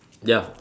ya